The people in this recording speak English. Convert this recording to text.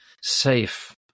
safe